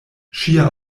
ŝia